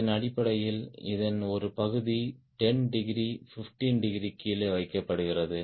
இதன் அடிப்படையில் இதன் ஒரு பகுதி 10 டிகிரி 15 டிகிரி கீழே வைக்கப்படுகிறது